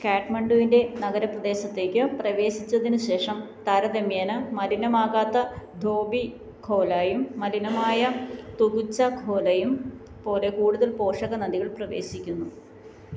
കാഠ്മണ്ഡുവിൻ്റെ നഗരപ്രദേശത്തേക്ക് പ്രവേശിച്ചതിനുശേഷം താരതമ്യേന മലിനമാകാത്ത ധോബി ഖോലായും മലിനമായ തുകുച്ച ഖോലയും പോലെ കൂടുതൽ പോഷക നദികൾ പ്രവേശിക്കുന്നു